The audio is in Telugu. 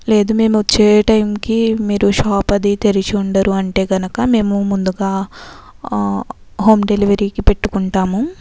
లేదు మేము వచ్చే టైమ్ కి మీరు షాప్ అది తెరిచి ఉండరు అంటే కనుక మేము ముందుగా హోమ్ డెలివరీ కి పెట్టుకుంటాము